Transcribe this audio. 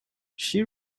she